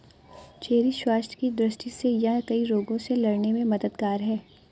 cherry स्वास्थ्य की दृष्टि से यह कई रोगों से लड़ने में मददगार है